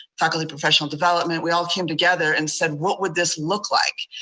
faculty professional development, we all came together and said what would this look like?